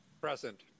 Present